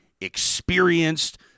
experienced